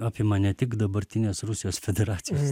apima ne tik dabartinės rusijos federacijos